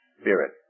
spirit